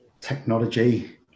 technology